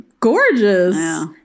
Gorgeous